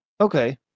Okay